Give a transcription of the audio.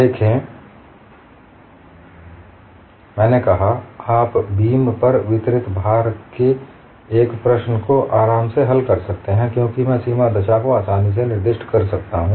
देखें मैंने कहा आप बीम पर वितरित भार के एक प्रश्न को आराम से हल कर सकते हैं क्योंकि मैं सीमा दशा को आसानी से निर्दिष्ट कर सकता हूं